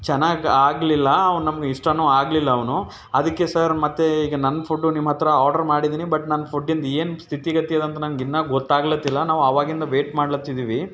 ಚೆನ್ನಾಗಿ ಆಗಲಿಲ್ಲ ಅವ್ನು ನಮ್ಗೆ ಇಷ್ಟನೂ ಆಗಲಿಲ್ಲ ಅವನು ಅದಕ್ಕೆ ಸರ್ ಮತ್ತೆ ಈಗ ನನ್ನ ಫುಡ್ಡು ನಿಮ್ಮ ಹತ್ತಿರ ಆರ್ಡ್ರ್ ಮಾಡಿದ್ದೀನಿ ಬಟ್ ನನ್ನ ಫುಡ್ಡಿಂದು ಏನು ಸ್ಥಿತಿಗತಿ ಅದಂತ ನಂಗೆ ಇನ್ನೂ ಗೊತಾಗ್ಲತ್ತಿಲ್ಲ ನಾವು ಆವಾಗಿಂದ ವೇಟ್ ಮಾಡ್ಲಾತ್ತಿದ್ದೀವಿ